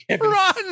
run